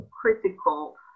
critical